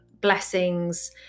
blessings